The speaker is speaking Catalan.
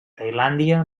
tailàndia